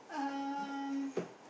um